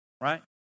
right